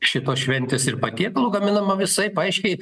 šitos šventės ir patiekalų gaminama visaip aiškiai